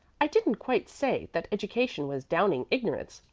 i didn't quite say that education was downing ignorance.